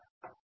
professor